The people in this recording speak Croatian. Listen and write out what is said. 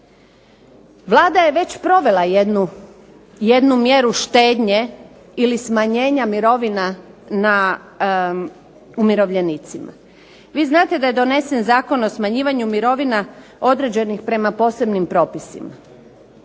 Vlada je već provela jednu mjeru štednje ili smanjenja mirovina na umirovljenicima. Vi znate da je donesen Zakon o smanjivanju mirovina određenih prema posebnim propisima.